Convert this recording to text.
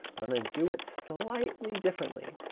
but i'm going to do it slightly differently,